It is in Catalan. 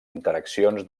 interaccions